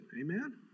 Amen